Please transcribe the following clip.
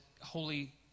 holy